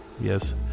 yes